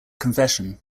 confession